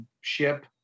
ship